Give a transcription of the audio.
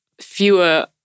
fewer